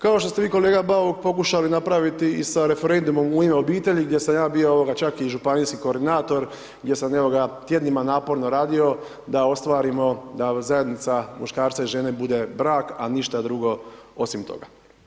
Kao što ste vi kolega Bauk pokušali napraviti i sa referendumom U ime obitelji, gdje sam ja bio čak i županijski koordinator, gdje sam tjednima naporno radio da ostvarimo, da zajednica muškarca i žene bude brak, a ništa drugo osim toga.